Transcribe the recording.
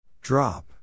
Drop